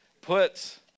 puts